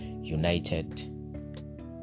United